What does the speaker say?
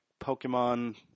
Pokemon